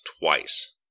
twice